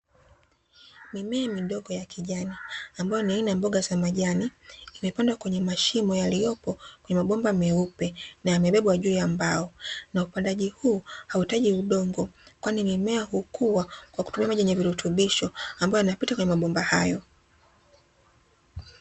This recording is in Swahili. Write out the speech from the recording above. Mimea midogo ya kijani ambayo ni aina ya mboga za majani imepandwa kwenye mashimo, yaliyopo kwenye mabomba meupe na yamebebwa juu ya mbao. Na upandaji huu hauhitaji udongo kwani mimea hukua kwa kutumia maji yenye virutubisho ambayo yanapita kwenye mabomba hayo.